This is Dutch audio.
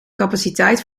capaciteit